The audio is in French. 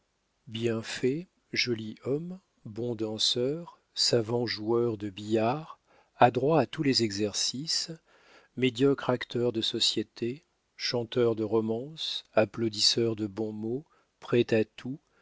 bien fait joli homme bon danseur savant joueur de billard adroit à tous les exercices médiocre acteur de société chanteur de romances applaudisseur de bons mots prêt à tout